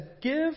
give